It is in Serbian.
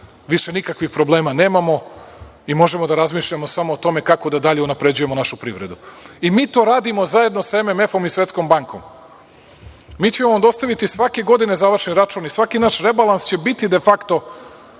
više nikakvih problema nemamo i možemo da razmišljamo samo o tome kako da dalje unapređujemo našu privredu. Mi to radimo zajedno za MMF i sa Svetskom bankom. Mi ćemo vam dostaviti svake godine završni račun i svaki naš rebalans će biti de fakto